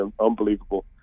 unbelievable